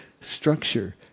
structure